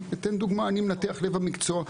אתן דוגמה: אני מנתח לב במקצוע.